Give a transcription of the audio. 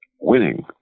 winning